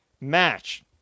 match